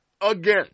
again